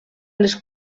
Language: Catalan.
les